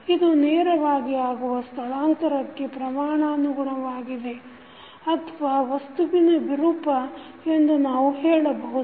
ಇದು ನೇರವಾಗಿ ಆಗುವ ಸ್ಥಳಾಂತರಕ್ಕೆ ಪ್ರಮಾಣಾನುಗುಣವಾಗಿದೆ ಅಥವಾ ವಸ್ತುವಿನ ವಿರೂಪ ಎಂದು ನಾವು ಹೇಳಬಹುದು